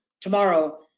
tomorrow